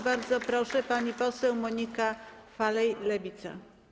Bardzo proszę, pani poseł Monika Falej, Lewica.